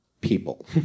people